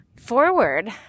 forward